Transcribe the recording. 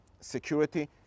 security